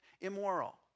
immoral